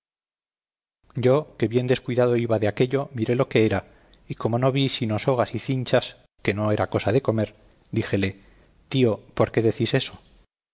yo que bien descuidado iba de aquello miré lo que era y como no vi sino sogas y cinchas que no era cosa de comer díjele tío por qué decís eso